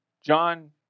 John